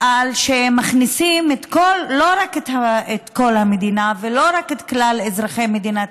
שהם מכניסים לא רק את כל המדינה ולא רק את כלל אזרחי מדינת